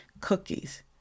cookies